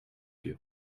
you